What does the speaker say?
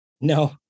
no